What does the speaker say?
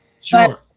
Sure